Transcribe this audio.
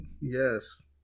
Yes